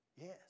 Yes